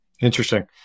interesting